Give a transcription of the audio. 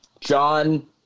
John